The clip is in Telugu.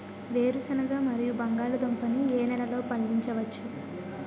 వేరుసెనగ మరియు బంగాళదుంప ని ఏ నెలలో పండించ వచ్చు?